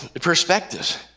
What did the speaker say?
perspectives